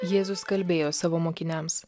jėzus kalbėjo savo mokiniams